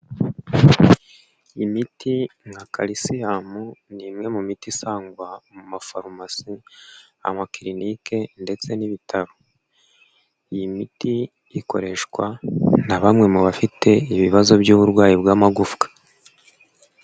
Imiti nka Kalisimu ni imwe mu miti isangwa mu mafarumasi n'amakilinike ndetse n'ibitaro, iyi miti ikoreshwa na bamwe mu bafite ibibazo by'uburwayi bw'amagufwa.